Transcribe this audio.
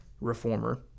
reformer